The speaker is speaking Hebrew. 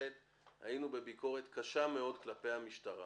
הייתה לנו ביקורת קשה מאוד כלפי המשטרה